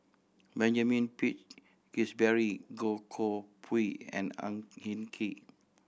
Benjamin Peach Keasberry Goh Koh Pui and Ang Hin Kee